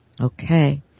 Okay